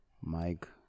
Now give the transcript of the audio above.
Mike